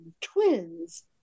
twins